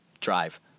drive